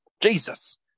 Jesus